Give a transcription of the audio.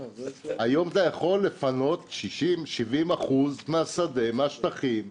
היום אתה יכול לפנות 60%-70% מהשדה, מהשטחים,